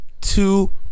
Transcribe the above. two